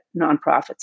nonprofits